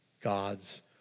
God's